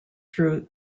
through